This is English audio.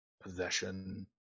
possession